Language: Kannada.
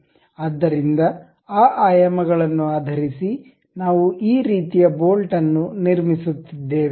ಆದ್ದರಿಂದ ಆ ಆಯಾಮಗಳನ್ನು ಆಧರಿಸಿ ನಾವು ಈ ರೀತಿಯ ಬೋಲ್ಟ್ ಅನ್ನು ನಿರ್ಮಿಸುತ್ತಿದ್ದೇವೆ